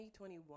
2021